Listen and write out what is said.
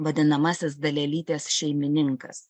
vadinamasis dalelytės šeimininkas